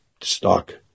stock